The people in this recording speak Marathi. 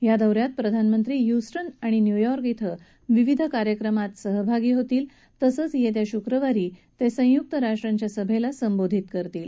या दौ यात प्रधानमंत्री हय्स्टन आणि न्यूयॉर्क इथ विविध कार्यक्रमात सहभागी होतील तसंच यप्या शुक्रवारी तप्तसय्क्त राष्ट्रांच्या सभभा संबोधित करतील